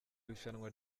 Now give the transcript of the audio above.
rushanwa